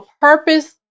purpose